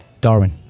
Darwin